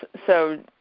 so